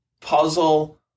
puzzle